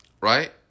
Right